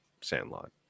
Sandlot